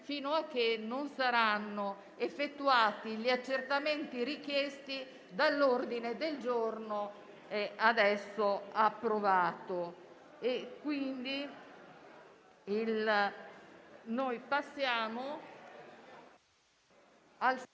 fino a quando non saranno effettuati gli accertamenti richiesti dall'ordine del giorno testé approvato.